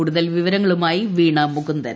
കൂടുതൽ വിവരങ്ങളുമായി വീണ മുകന്ദൻ